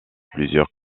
plusieurs